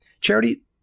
Charity